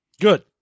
Good